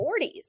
40s